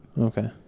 Okay